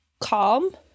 calm